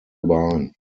überein